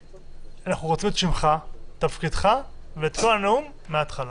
אנחנו רוצים את שמך, תפקידך, ואת כל הנאום מהתחלה.